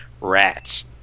rats